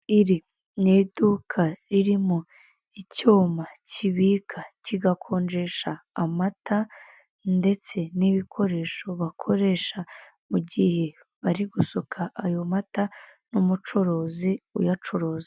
Iri ni iduka ririmo icyuma kibika, kigakonjesha amata ndetse n'ibikoresho bakoresha mu gihe bari gusuka ayo mata n'umucuruzi uyacuruza.